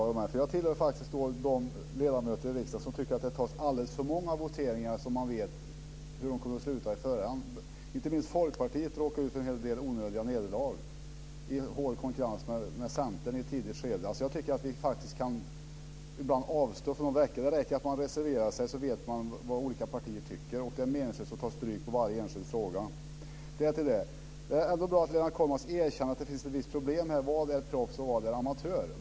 Herr talman! Lennart Kollmats sade att jag inte vågar ta votering. Jag hör till de riksdagsledamöter som tycker att det tas alldeles för många voteringar där man vet hur de kommer att sluta på förhand. Inte minst Folkpartiet råkar ut för en hel del onödiga nederlag i hård konkurrens med Centern i ett tidigt skede. Jag tycker att vi ibland kan avstå från att votera. Det räcker att man reserverar sig, så vet man vad olika partier tycker. Det är meningslöst att ta stryk på varje enskild fråga. Det om detta. Det är ändå bra att Lennart Kollmats erkänner att det finns ett visst problem. Vad innebär det att vara proffs eller amatör?